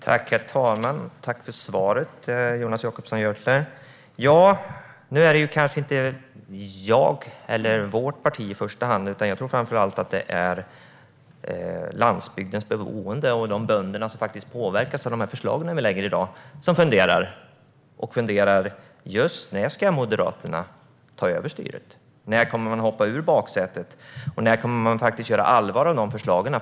Herr talman! Tack för svaret, Jonas Jacobsson Gjörtler! Nu gäller det kanske inte mig eller vårt parti i första hand, utan jag tror att det framför allt är landsbygdens boende och de bönder som påverkas av de förslag vi lägger fram här i dag som funderar. De funderar på när Moderaterna ska ta över styret. När kommer man att hoppa ur baksätet, och när kommer man att göra allvar av förslagen?